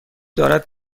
دارد